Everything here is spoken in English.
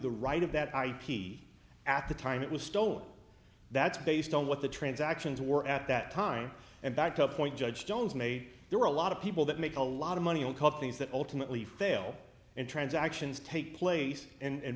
the right of that ip at the time it was stolen that's based on what the transactions were at that time and backup point judge jones made there were a lot of people that make a lot of money on companies that ultimately fail in transactions take place and